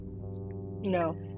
No